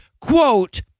quote